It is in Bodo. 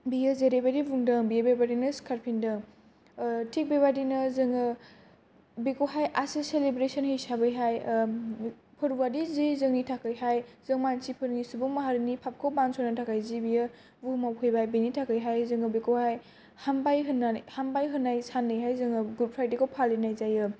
बियो जेरैबायदि बुंदों बियो बेबादिनो सिखारफिनदों थिग बेबादिनो बिखौहाय जोङो गुबै सिलेब्रेसन हिसाबैहाय फोरबुआदि जि जोंनि थाखाय मानसिफोरनि सुबुं माहारिनि फाफखौ बानस'नो थाखाय जि बियो बुहुमाव फैबाय बिनि थाखाय बियो जोङो बिखौहाय हामबाय होननानै हामबाय होननाय साननैहाय जोङो गुड फ्रायडे खौ फालिनाय जायो